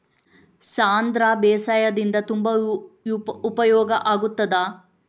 ಸಾಂಧ್ರ ಬೇಸಾಯದಿಂದ ತುಂಬಾ ಉಪಯೋಗ ಆಗುತ್ತದಾ?